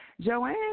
Joanne